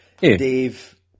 Dave